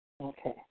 Okay